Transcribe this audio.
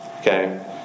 Okay